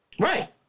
Right